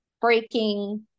breaking